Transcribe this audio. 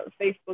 Facebook